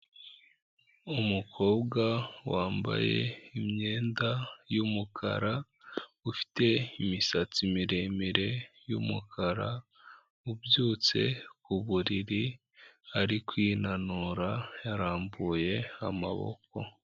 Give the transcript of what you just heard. Umukobwa wambaye imyenda y'umukara ufite imisatsi miremire y'umukara, ubyutse ku buriri ari kwinanura yarambuye amaboko.